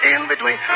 In-Between